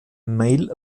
mail